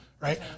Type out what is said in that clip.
right